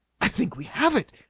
i think we have it!